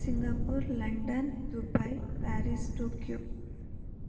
Singapore London Dubai Paris Tokyo